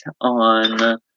on